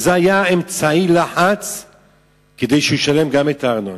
וזה היה אמצעי לחץ כדי שהוא ישלם גם את הארנונה.